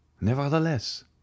Nevertheless